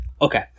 okay